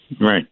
Right